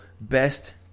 best